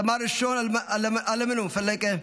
סמ"ר אלמנאו פלקה,